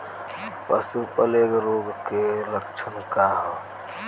पशु प्लेग रोग के लक्षण का ह?